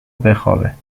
بخوابه